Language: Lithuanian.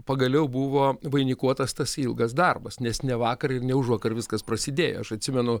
pagaliau buvo vainikuotas tas ilgas darbas nes ne vakar ir ne užvakar viskas prasidėjo aš atsimenu